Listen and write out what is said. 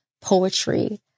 poetry